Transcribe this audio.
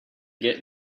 get